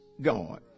God